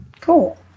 Cool